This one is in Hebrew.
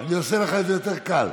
אני עושה לך את זה יותר קל,